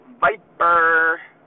Viper